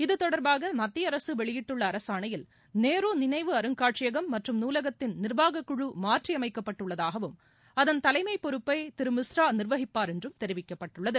இதுதொடர்பாகமத்திய அரசுவெளியிட்டுள்ள அரசாணையில் நேருநினைவு அருங்காட்சியகமற்றம் நூலகத்தின் நிர்வாகக்குழுமாற்றியமைக்கப்பட்டுஉள்ளதாகவும் அதன் தலைமைபொறுப்பைதிருமிஸ்ரா நிர்வகிப்பார் என்றும் தெரிவிக்கப்பட்டுள்ளது